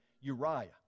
Uriah